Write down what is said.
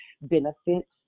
benefits